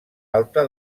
alta